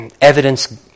Evidence